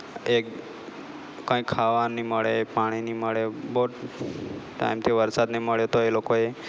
એક કાંઇ ખાવા નહીં મળે પાણી નહીં મળે બહુ ટાઈમથી વરસાદ નહીં મળે તો એ લોકોએ